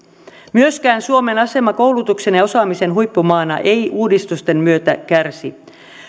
myöskään suomen asema koulutuksen ja osaamisen huippumaana ei uudistusten myötä kärsi